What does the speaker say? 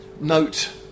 note